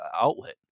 outlet